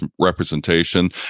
representation